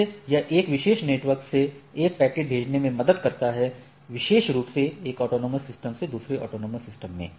कैसे यह एक विशेष नेटवर्क से एक पैकेट भेजने में मदद करता है विशेष रूप से एक ऑटॉनमस सिस्टम से दूसरे ऑटॉनमस सिस्टम में